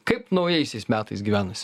kaip naujaisiais metais gyvenasi